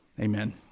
Amen